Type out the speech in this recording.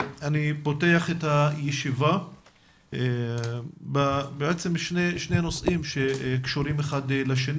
אני פותח את הישיבה בשני נושאים שקשורים זה בזה.